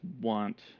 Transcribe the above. want